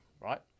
right